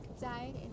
died